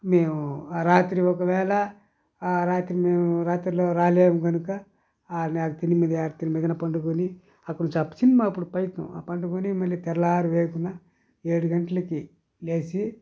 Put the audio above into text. మేము ఆ రాత్రి ఒకవేళ ఆ రాత్రి మేము రాత్రిలో రాలేము కనుక ఆ మీద పండుకొని అప్పుడు కొంచెం ఆ సినిమా కొంచెం పైకం పండుకొని మళ్లీ తెల్లవారి వేకున ఏడు గంటలకి లేచి